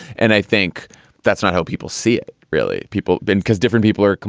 and i think that's not how people see it, really people bend because different people are,